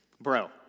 bro